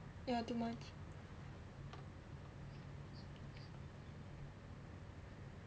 ya two months